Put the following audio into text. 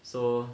so